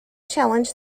challenge